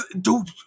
dude